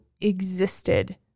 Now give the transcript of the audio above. existed